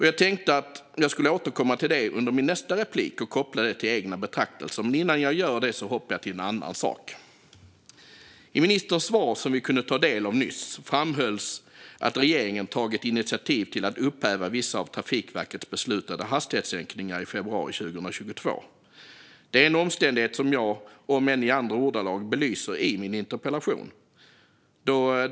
Jag tänkte återkomma till det i mitt nästa inlägg och koppla det till egna betraktelser, men innan jag gör det hoppar jag till något annat. I ministerns svar som vi kunde ta del av nyss framhölls att regeringen tagit initiativ till att upphäva vissa av Trafikverkets beslutade hastighetssänkningar i februari 2022. Detta är en omständighet som jag, om än i andra ordalag, belyser i min interpellation.